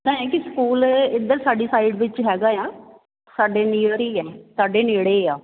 ਇੱਦਾਂ ਹੈ ਕਿ ਸਕੂਲ ਇਧਰ ਸਾਡੀ ਸਾਈਡ ਵਿੱਚ ਹੈਗਾ ਆ ਸਾਡੇ ਨੀਅਰ ਹੀ ਹੈ ਸਾਡੇ ਨੇੜੇ ਆ